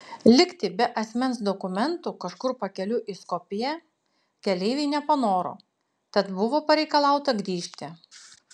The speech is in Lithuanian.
likti be asmens dokumentų kažkur pakeliui į skopję keleiviai nepanoro tad buvo pareikalauta grįžti